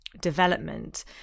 development